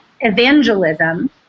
evangelism